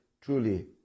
truly